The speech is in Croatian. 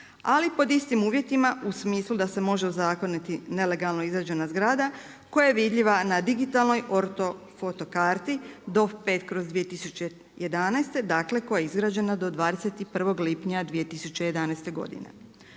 ali pod istim uvjetima u smislu da se može ozakoniti nelegalno izgrađena zgrada koja je vidljiva na digitalnoj ortofoto karti dof5/2011., dakle koja je izgrađena do 21. lipnja 2011. godine.